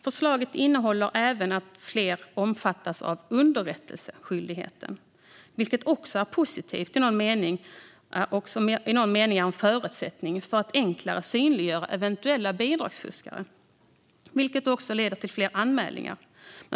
Förslaget innehåller även att fler ska omfattas av underrättelseskyldigheten, vilket också är positivt och i någon mening är en förutsättning för att enklare synliggöra eventuella bidragsfuskare, vilket då också leder till fler anmälningar.